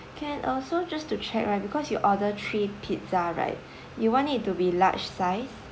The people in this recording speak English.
can uh so just to check right because you order three pizza right you want it to be large size